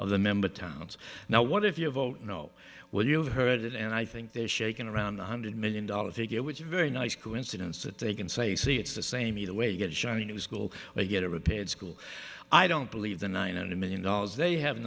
of the member towns now what if you vote no when you've heard it and i think they're shaking around one hundred million dollar figure which is very nice coincidence that they can say see it's the same either way get a shiny new school or get a repaired school i don't believe the nine and a million dollars they have